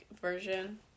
version